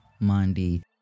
Mandy